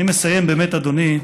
אני מסיים, באמת, אדוני,